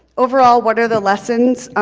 overall, what are the lessons,